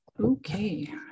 okay